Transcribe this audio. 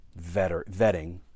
vetting